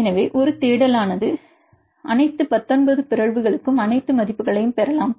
எனவே ஒரு தேடலானது அனைத்து 19 பிறழ்வுகளுக்கும் அனைத்து மதிப்புகளையும் பெறலாம்